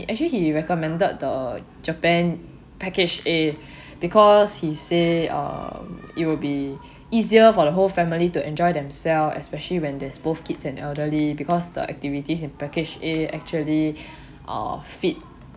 actually he recommended the japan package A because he say err it will be easier for the whole family to enjoy themselves especially when there's both kids and elderly because the activities in package A actually uh fit